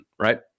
right